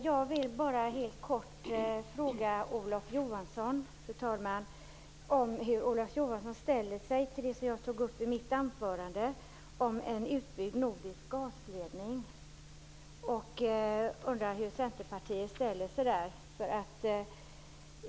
Fru talman! Jag vill helt kort fråga Olof Johansson hur Olof Johansson ställer sig till det som jag tog upp i mitt anförande, en utbyggd nordisk gasledning. Jag undrar hur Centerpartiet ställer sig till detta.